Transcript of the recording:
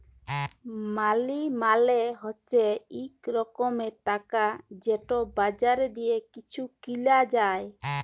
মালি মালে হছে ইক রকমের টাকা যেট বাজারে দিঁয়ে কিছু কিলা যায়